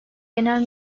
genel